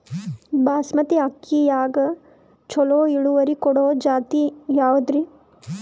ಬಾಸಮತಿ ಅಕ್ಕಿಯಾಗ ಚಲೋ ಇಳುವರಿ ಕೊಡೊ ಜಾತಿ ಯಾವಾದ್ರಿ?